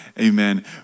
Amen